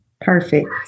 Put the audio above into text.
Perfect